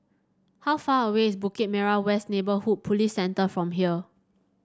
how far away is Bukit Merah West Neighbourhood Police Centre from here